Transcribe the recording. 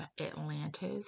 Atlantis